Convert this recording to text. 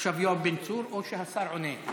עכשיו יואב בן צור, או שהשר עונה?